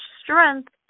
strength